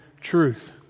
truth